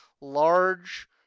large